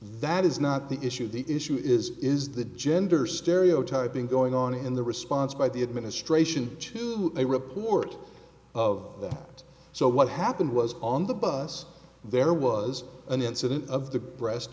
that is not the issue the issue is is the gender stereotyping going on in the response by the administration to a report of it so what happened was on the bus there was an incident of the breast